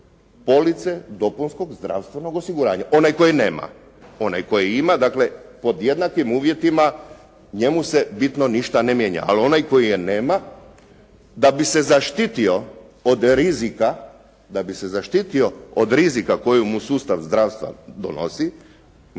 police dopunskog zdravstvenog osiguranja, onaj koji nema. Onaj koji ima dakle pod jednakim uvjetima njemu se ništa bitno ne mijenja. Ali onaj koji je nema, da bi se zaštitio od rizika, da bi se zaštitio od rizika koji mu sustav zdravstva donosi,